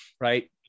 Right